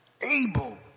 able